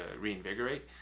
reinvigorate